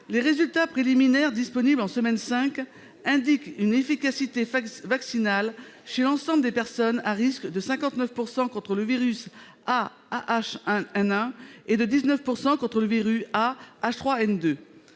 les résultats préliminaires disponibles en semaine 5 indiquent une efficacité vaccinale chez l'ensemble des personnes à risque de 59 % contre le virus A-H1N1 et de 19 % contre le virus A-H3N2.